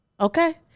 okay